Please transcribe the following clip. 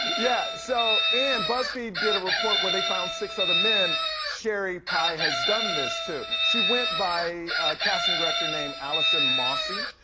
yeah, so, and buzzfeed did a report where they found six other men sherry pie has done this too. she went by casting director named allison mossey,